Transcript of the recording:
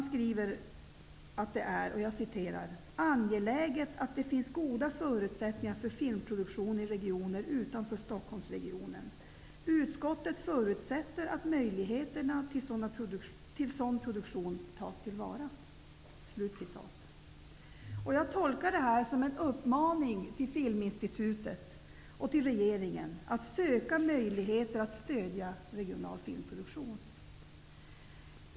Utskottet anför att det är ''angeläget att det finns goda förutsättningar för filmproduktion i regioner utanför Stockholmsregionen. Utskottet förutsätter att möjligheterna till sådan produktion tas till vara.'' Jag tolkar detta som en uppmaning till Filminstitutet och till regeringen att söka möjligheter att stödja regional filmproduktion.